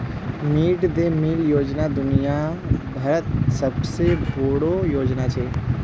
mid day meal योजना दुनिया भरत सबसे बोडो योजना छे